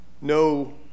no